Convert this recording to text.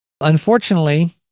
Unfortunately